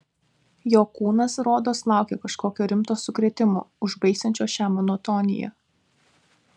jo kūnas rodos laukė kažkokio rimto sukrėtimo užbaigsiančio šią monotoniją